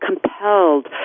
compelled